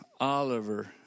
Oliver